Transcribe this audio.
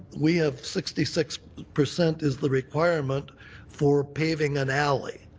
we have sixty six percent is the requirement for paving an alley.